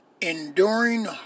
Enduring